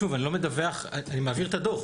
שוב, אני לא מדווח, אני מעביר את הדוח.